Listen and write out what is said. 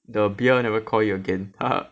the beer never call you again haha